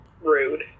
Rude